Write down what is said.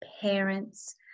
parents